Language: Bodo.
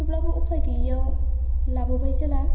थेवब्लाबो उफाय गैयिआव लाबोबाय जेला